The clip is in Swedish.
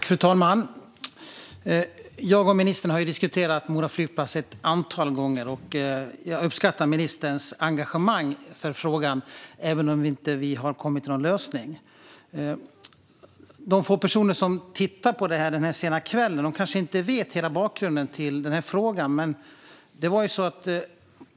Fru talman! Jag och ministern har ju diskuterat Mora flygplats ett antal gånger. Jag uppskattar ministerns engagemang för frågan, även om vi inte har kommit till någon lösning. De få personer som tittar på det här denna sena kväll kanske inte känner till hela bakgrunden till frågan.